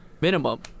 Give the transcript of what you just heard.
minimum